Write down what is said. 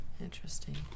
Interesting